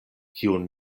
kiun